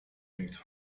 hängt